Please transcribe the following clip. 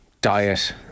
diet